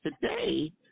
today